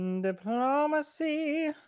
Diplomacy